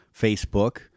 Facebook